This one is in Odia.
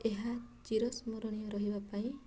ଏହା ଚିରସ୍ମରଣୀୟ ରହିବା ପାଇଁ